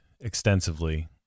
extensively